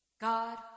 God